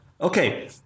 Okay